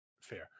fair